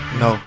no